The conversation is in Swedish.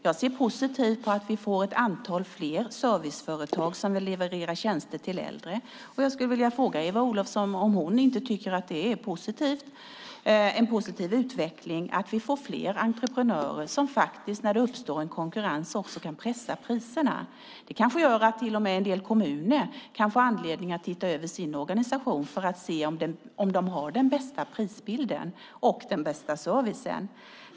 Jag ser positivt på att vi får ett antal ytterligare serviceföretag som vill leverera tjänster till äldre och skulle därför vilja fråga Eva Olofsson om inte hon också tycker att det är en positiv utveckling att vi får fler entreprenörer som, när det uppstår konkurrens, kan pressa priserna. Det kanske till och med gör att en del kommuner kan få anledning att se över sin organisation för att se om de har den bästa prisbilden och den bästa servicen.